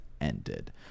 ended